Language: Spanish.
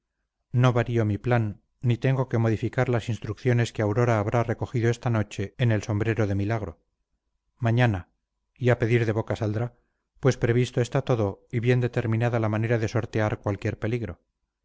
no varío mi plan ni tengo que modificar las instrucciones que aura habrá recogido esta noche en el sombrero de milagro mañana y a pedir de boca saldrá pues previsto está todo y bien determinada la manera de sortear cualquier peligro